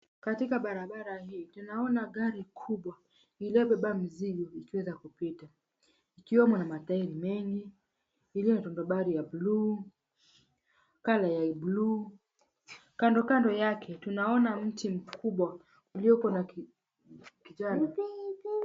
Katika barabara hii tunaona gari kubwa iliyobeba mzigo ikiweza kupita ikiwemo na matairi mengi, iliyo na tonobari la buluu, colour ya buluu. Kando kando yake tunaona mti mkubwa ulioko na kijani.